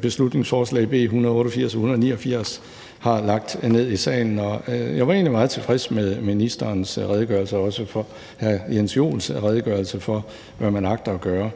beslutningsforslag, B 188 og B 189, omhandler. Jeg var egentlig meget tilfreds med ministerens redegørelse og for hr. Jens Joels redegørelse for, hvad man agter at gøre, men